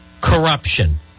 corruption